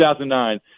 2009